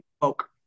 folk